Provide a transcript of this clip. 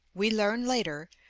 we learn later,